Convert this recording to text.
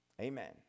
Amen